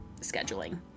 scheduling